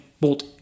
bolt